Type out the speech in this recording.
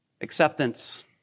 Acceptance